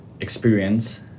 experience